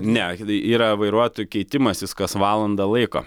ne yra vairuotojų keitimasis kas valandą laiko